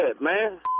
man